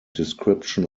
description